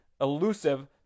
elusive